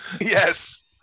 yes